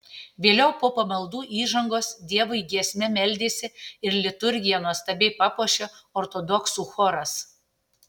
vėliau po pamaldų įžangos dievui giesme meldėsi ir liturgiją nuostabiai papuošė ortodoksų choras